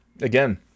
again